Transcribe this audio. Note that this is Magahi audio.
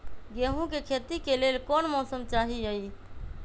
गेंहू के खेती के लेल कोन मौसम चाही अई?